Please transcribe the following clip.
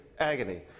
agony